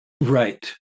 right